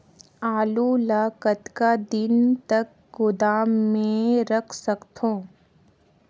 आलू ल कतका दिन तक गोदाम मे रख सकथ हों?